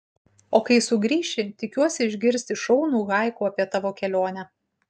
o kai sugrįši tikiuosi išgirsti šaunų haiku apie tavo kelionę